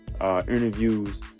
interviews